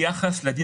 --- שלו